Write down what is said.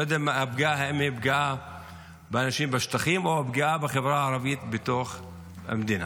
לא יודע אם הפגיעה היא באנשים בשטחים או בחברה הערבית בתוך המדינה.